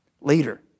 later